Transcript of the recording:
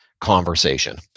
conversation